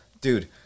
Dude